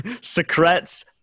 Secrets